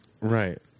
right